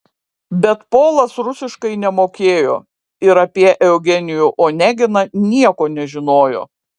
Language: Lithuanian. bet polas rusiškai nemokėjo ir apie eugenijų oneginą nieko nežinojo